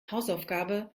hausaufgabe